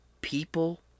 people